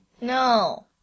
No